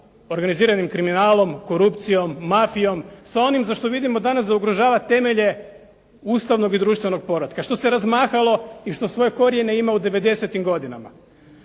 organiziranim kriminalom, korupcijom, mafijom, sa onim za što vidimo danas da ugrožava temelje ustavnog i društvenog povratka, što se razmahalo i što svoje korijene ima u 90-tim godinama.